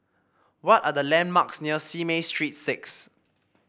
what are the landmarks near Simei Street Six